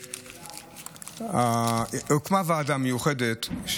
הוקמה ועדה מיוחדת,